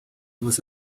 você